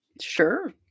Sure